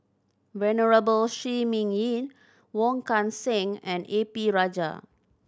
Venerable Shi Ming Yi Wong Kan Seng and A P Rajah